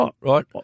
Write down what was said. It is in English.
right